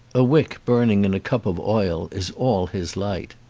a wick burning in a cup of oil is all his light.